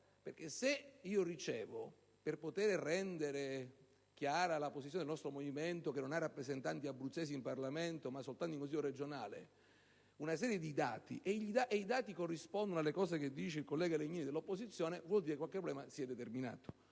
perché, se per poter rendere chiara la posizione del mio Movimento - che non ha rappresentanti abruzzesi in Parlamento, ma soltanto in Consiglio regionale - ricevo una serie di dati, e questi corrispondono alle cose dette dal collega dell'opposizione, vuol dire che qualche problema si è determinato.